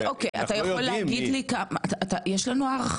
אז אוקי, אתה יכול להגיד לי, יש לנו הערכה?